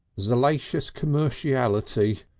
zealacious commerciality,